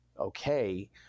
okay